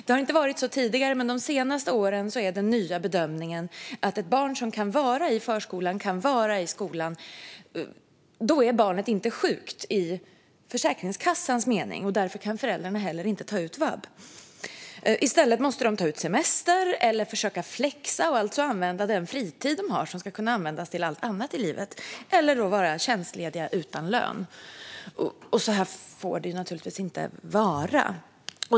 Det har inte varit så tidigare, men de senaste årens nya bedömning innebär att ett barn som kan vara i förskolan eller i skolan inte är sjukt i Försäkringskassans mening. Därför kan föräldrarna heller inte ta ut vab. I stället måste de ta ut semester, försöka flexa - och därmed använda den fritid som de har och som ska kunna användas till allt annat i livet - eller vara tjänstlediga utan lön. Så här får det naturligtvis inte vara.